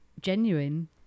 genuine